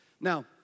Now